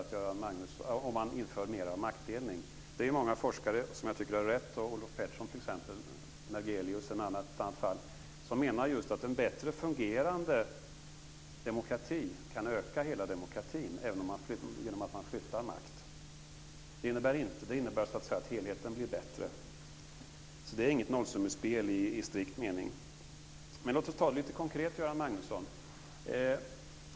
Det är många forskare som sagt det, och jag tycker att de har rätt. T.ex. har Olof Petersson, och i ett annat fall Nergelius, menat att just en bättre fungerande demokrati kan öka hela demokratin genom att man flyttar makt. Det innebär att helheten blir bättre. Det är inte ett nollsummespel i strikt mening. Låt oss ta det lite konkret, Göran Magnusson.